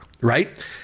right